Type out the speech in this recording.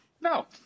no